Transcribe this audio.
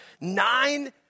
nine